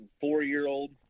four-year-old